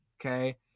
Okay